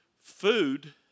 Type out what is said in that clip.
food